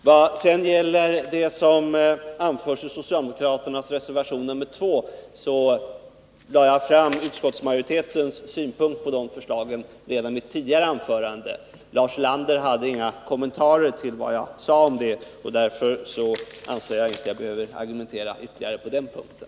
Jag har redan i ett tidigare anförande redogjort för utskottsmajoritetens synpunkter på de förslag som förs fram i reservation 2 vid arbetsmarknadsutskottets betänkande. Lars Ulander hade inga kommentarer till vad jag sade om det, och därför anser jag inte att jag behöver argumentera ytterligare på den punkten.